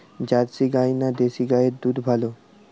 Jersey গাই না দেশী গাইয়ের দুধ ভালো?